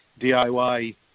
DIY